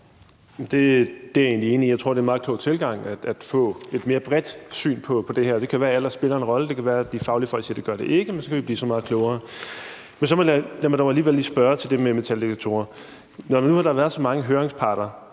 Det er jeg egentlig enig i. Jeg tror, det er en meget klog tilgang at få et mere bredt syn på det her. Og det kan være, at alder spiller en rolle. Det kan være, at de faglige folk siger, at det gør det ikke, men så kan vi blive så meget klogere. Men så lad mig dog alligevel lige spørge til det med metaldetektorer: Når nu der har været så mange høringsparter